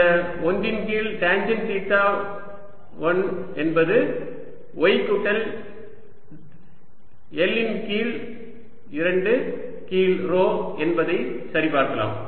இந்த 1 இன் கீழ் டேன்ஜெண்ட் தீட்டா 1 என்பது y கூட்டல் L இன் கீழ் 2 கீழ் ρ என்பதை சரிபார்க்கலாம்